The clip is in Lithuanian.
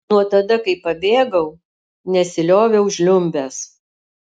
nuo tada kai pabėgau nesilioviau žliumbęs